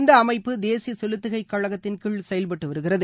இந்த அமைப்பு தேசிய செலுத்துகை கழகத்தின் கீழ் செயல்பட்டு வருகிறது